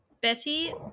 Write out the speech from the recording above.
Betty